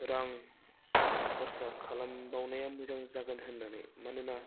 रां खरसा खालामबावनाया मोजां जागोन होननानै मानोना